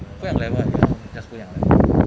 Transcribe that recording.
不一样 like what ya just 不一样 leh